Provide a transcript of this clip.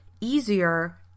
easier